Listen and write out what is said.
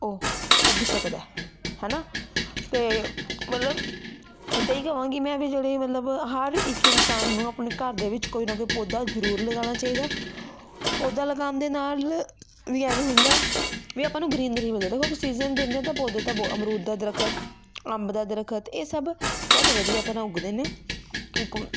ਉਹ ਉੱਗ ਸਕਦਾ ਹੈ ਨਾ ਅਤੇ ਮਤਲਬ ਇੱਦਾਂ ਹੀ ਕਹਾਂਗੀ ਮੈਂ ਵੀ ਜਿਹੜੀ ਮਤਲਬ ਹਰ ਇੱਕ ਇਨਸਾਨ ਨੂੰ ਆਪਣੇ ਘਰ ਦੇ ਵਿੱਚ ਕੋਈ ਨਾ ਕੋਈ ਪੌਦਾ ਜ਼ਰੂਰ ਲਗਾਉਣਾ ਚਾਹੀਦਾ ਪੌਦਾ ਲਗਾਉਣ ਦੇ ਨਾਲ ਵੀ ਐਵੇਂ ਹੁੰਦਾ ਵੀ ਆਪਾਂ ਨੂੰ ਗਰੀਨਰੀ ਸੀਜ਼ਨ ਦਿੰਦੇ ਤਾਂ ਪੌਦੇ ਤਾਂ ਅਮਰੂਦ ਦਾ ਦਰੱਖਤ ਅੰਬ ਦਾ ਦਰੱਖਤ ਇਹ ਸਭ ਬਹੁਤ ਵਧੀਆ ਤਰ੍ਹਾਂ ਉੱਗਦੇ ਨੇ ਇੱਕ